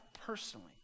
personally